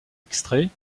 extrait